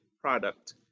product